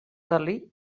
dalí